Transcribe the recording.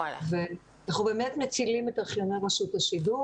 אנחנו באמת מצילים את ארכיוני רשות השידור